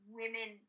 women